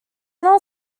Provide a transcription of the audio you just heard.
not